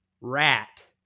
Rat